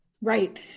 Right